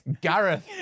Gareth